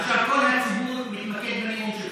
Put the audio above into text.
ועכשיו כל הציבור מתמקד בנאום שלך,